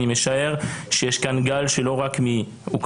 אני משער שיש כאן גל לא רק מאוקראינה,